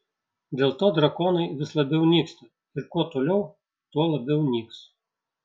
dėl to drakonai vis labiau nyksta ir kuo toliau tuo labiau nyks